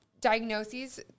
diagnoses